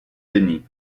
denis